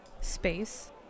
space